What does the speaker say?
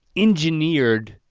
engineered,